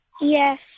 Yes